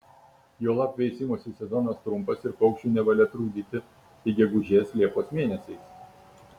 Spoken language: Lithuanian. juolab veisimosi sezonas trumpas ir paukščių nevalia trukdyti tik gegužės liepos mėnesiais